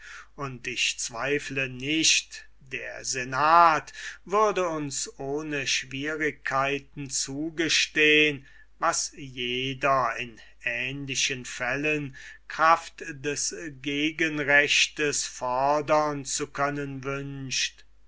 und ich zweifle nicht daß der senat uns ohne schwierigkeit zugestehen würde was jeder in ähnlichen fällen kraft des gegenrechtes fodern zu können wünscht